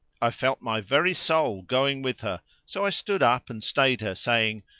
i felt my very soul going with her so i stood up and stayed her, saying,